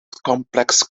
complex